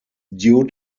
due